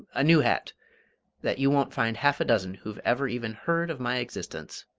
a new hat that you won't find half a dozen who've ever even heard of my existence.